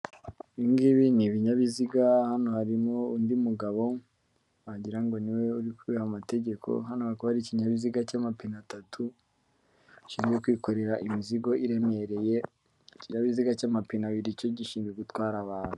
ibi ngibi ni ibinyabiziga, hano harimo undi mugabo wagirango niwe uri kubera amategeko, hano ha hari ikinyabiziga cy'amapine atatu gishinzwe kwikorera imizigo iremereye. ikinyabiziga cy'amapine abiri cyo gishinzwe gutwara abantu.